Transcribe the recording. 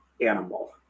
animal